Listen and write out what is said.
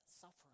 suffering